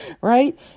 right